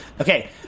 Okay